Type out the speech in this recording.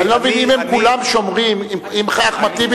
אני לא מבין, אם חבר הכנסת אחמד טיבי